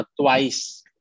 twice